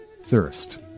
thirst